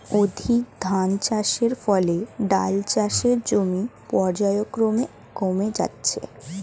অধিক ধানচাষের ফলে ডাল চাষের জমি পর্যায়ক্রমে কমে যাচ্ছে